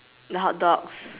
the hotdogs